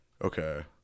okay